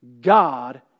God